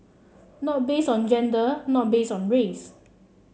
not based on gender not based on race